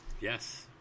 yes